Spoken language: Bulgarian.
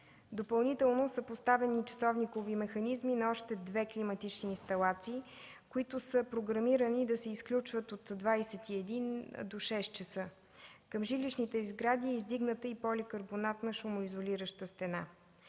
Допълнително са поставени часовникови механизми на още две климатични инсталации, които са програмирани да се изключват от 21,00 до 6,00 ч. Към жилищните сгради е издигната и поликарбонатна шумоизолираща стена.